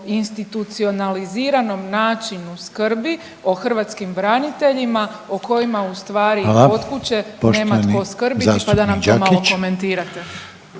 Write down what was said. institucionaliziranom načinu skrbi o hrvatskim braniteljima o kojima ustvari kod kuće nema tko skrbiti pa da nam to malo komentirate.